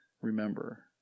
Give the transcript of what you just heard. Remember